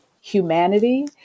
humanity